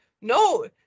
no